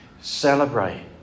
celebrate